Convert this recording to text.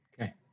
Okay